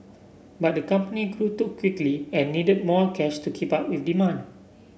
but the company grew too quickly and needed more cash to keep up with demand